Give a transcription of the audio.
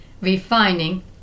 refining